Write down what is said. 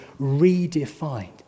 redefined